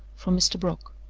from mr. brock.